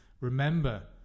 remember